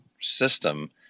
system